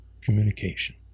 communication